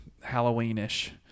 Halloween-ish